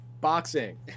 boxing